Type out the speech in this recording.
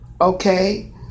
okay